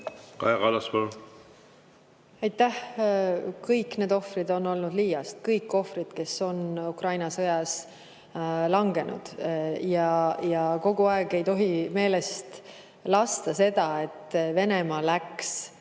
Kõik need ohvrid on olnud liiast, kõik, kes on Ukraina sõjas langenud. Mitte kunagi ei tohi meelest lasta seda, et Venemaa läks